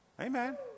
Amen